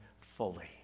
fully